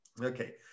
Okay